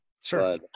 Sure